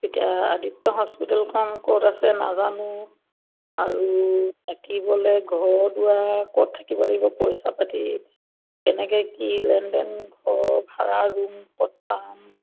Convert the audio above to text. এতিয়া আদিত্য হস্পিটেলখন ক'ত আছে নাজানো আৰু থাকিবলৈ ঘৰ দুৱাৰ ক'ত থাকিব লাগিব পইচা পাতি কেনেকৈ কি লেনদেন ঘৰ ভাড়া ৰূম ক'ত পাম